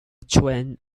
train